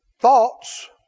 Thoughts